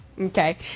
Okay